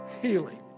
healing